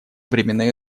временные